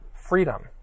freedom